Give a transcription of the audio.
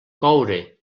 coure